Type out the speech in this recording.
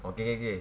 okay okay